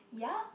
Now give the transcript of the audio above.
yeah